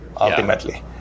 ultimately